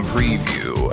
Preview